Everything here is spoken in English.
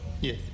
Yes